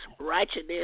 Righteousness